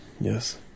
Yes